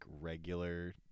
regular